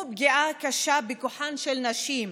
הוא פגיעה קשה בכוחן של נשים,